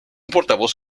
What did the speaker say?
portavoz